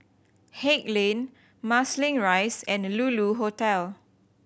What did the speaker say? Haig Lane Marsiling Rise and Lulu Hotel